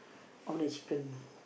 of the chicken